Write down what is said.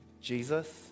Jesus